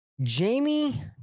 Jamie